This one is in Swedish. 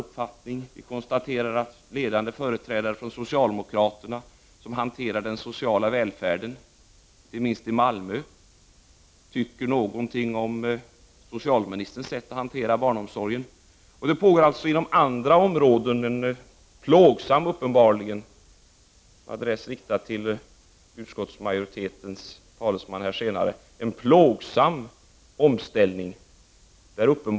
Vidare konstaterar vi att ledande företrädare för socialdemokraterna som har att hantera t.ex. frågan om den sociala välfärden, inte minst i Malmö, har sin uppfattning om socialministerns sätt att hantera barnomsorgen. Det pågår alltså även inom andra områden en uppenbarligen plågsam omställning — jag säger detta med adress till utskottsmajoritetens talesman, som senare kommer upp i debatten.